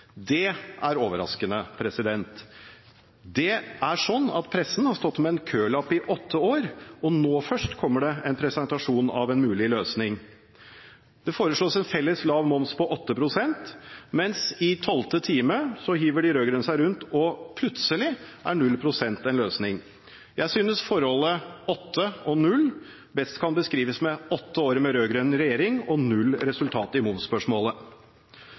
Det er overraskende. Det er sånn at pressen har stått med en kølapp i åtte år, og nå først kommer det en presentasjon av en mulig løsning. Det foreslås en felles lav moms på 8 pst., mens i tolvte time hiver de rød-grønne seg rundt og plutselig er 0 pst. en løsning. Jeg synes forholdet 8 og 0 best kan beskrives med 8 år med rød-grønn regjering og 0 resultat i momsspørsmålet.